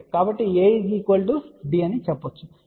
కాబట్టి మనం A D అని చెప్పవచ్చు